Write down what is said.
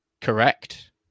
Correct